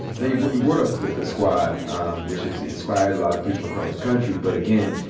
now you brought you brought up the the squad um which has inspired a lot of people across the country. but again,